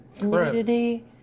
nudity